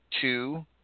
two